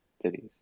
cities